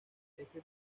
este